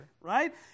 right